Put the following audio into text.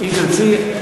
אם תרצי,